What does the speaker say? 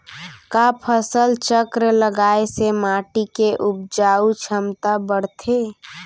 का फसल चक्र लगाय से माटी के उपजाऊ क्षमता बढ़थे?